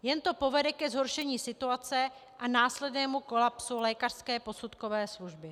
Jen to povede ke zhoršení situace a následnému kolapsu lékařské posudkové služby.